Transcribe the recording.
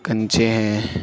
کنچے ہیں